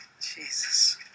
Jesus